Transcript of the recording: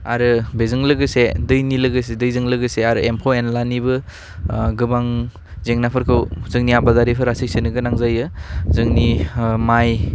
आरो बेजों लोगोसे दैनि लोगोसे दैजों लोगोसे आरो एम्फौ एनलानिबो ओह गोबां जेंनाफोरखौ जोंनि आबादारिफोरा सैसोनो गोनां जायो जोंनि ओह माइ